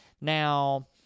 Now